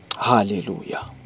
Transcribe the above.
Hallelujah